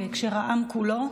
בהקשר של העם כולו,